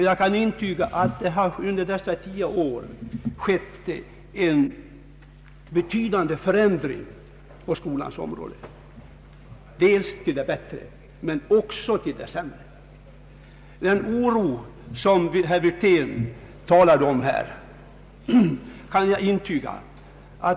Jag kan intyga att det under dessa tio år skett en betydande förändring på skolans område, dels till det bättre, men dels också till det sämre. Den oro som herr Witrén talade om finns, det kan jag intyga.